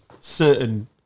certain